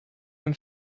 dem